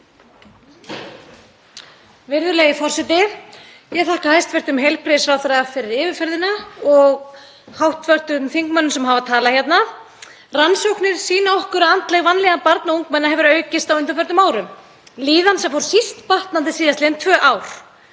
Virðulegi forseti. Ég þakka hæstv. heilbrigðisráðherra fyrir yfirferðina og hv. þingmönnum sem hafa talað hérna. Rannsóknir sýna okkur að andleg vanlíðan barna og ungmenna hefur aukist á undanförnum árum, líðan sem fór síst batnandi síðastliðin tvö ár.